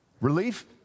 Relief